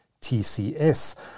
TCS